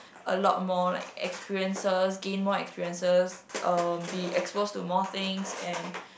a lot more like experiences gain more experiences um be exposed to more things and